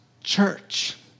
church